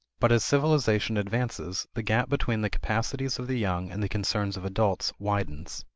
but as civilization advances, the gap between the capacities of the young and the concerns of adults widens.